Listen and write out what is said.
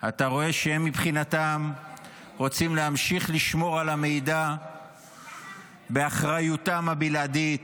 אתה רואה שהם מבחינתם רוצים להמשיך לשמור על המידע באחריותם הבלעדית.